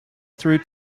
through